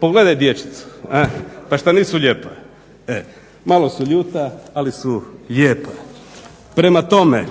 Pogledaj dječicu, ha? Pa što nisu lijepa? Malo su ljuta, ali su lijepa. Prema tome,